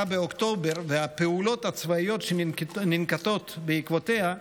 באוקטובר והפעולות הצבאיות שננקטות בעקבותיה,